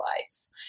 lives